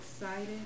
excited